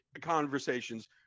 conversations